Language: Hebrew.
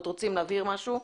רוצים להבהיר משהו.